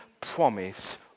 promise